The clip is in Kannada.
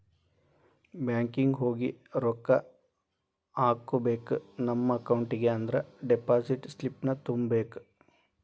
ಬ್ಯಾಂಕಿಂಗ್ ಹೋಗಿ ರೊಕ್ಕ ಹಾಕ್ಕೋಬೇಕ್ ನಮ ಅಕೌಂಟಿಗಿ ಅಂದ್ರ ಡೆಪಾಸಿಟ್ ಸ್ಲಿಪ್ನ ತುಂಬಬೇಕ್